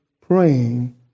praying